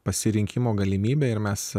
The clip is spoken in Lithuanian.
pasirinkimo galimybė ir mes